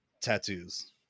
tattoos